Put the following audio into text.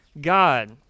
God